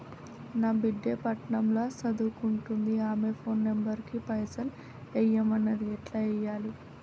నా బిడ్డే పట్నం ల సదువుకుంటుంది ఆమె ఫోన్ నంబర్ కి పైసల్ ఎయ్యమన్నది ఎట్ల ఎయ్యాలి?